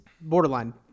borderline